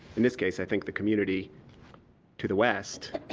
in this case i think the community to the west,